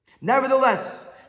Nevertheless